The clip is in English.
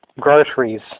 groceries